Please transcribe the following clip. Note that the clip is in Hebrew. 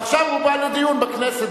ועכשיו הוא בא לדיון בכנסת,